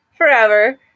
Forever